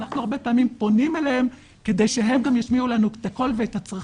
הרבה פעמים אנחנו פונים אליהם כדי שהם ישמיעו לנו את הקול ואת הצרכים,